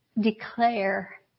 declare